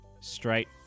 Straight